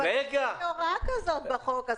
אבל אין לי הוראה כזאת בחוק.